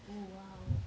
oh !wow!